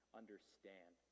understand